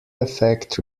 effect